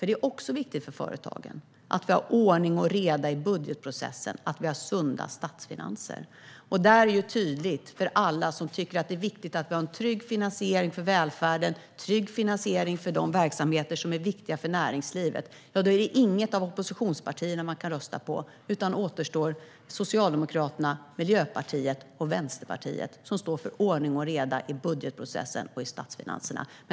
Det är viktigt för företagen att vi har ordning och reda i budgetprocessen och sunda statsfinanser. För alla som tycker att det är viktigt att vi har en trygg finansiering för välfärden och för de verksamheter som är viktiga för näringslivet är det tydligt att man inte kan rösta på något av oppositionspartierna, utan det är Socialdemokraterna, Miljöpartiet och Vänsterpartiet som återstår. Vi står för ordning och reda i budgetprocessen och i statsfinanserna.